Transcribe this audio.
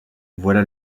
voilà